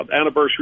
anniversary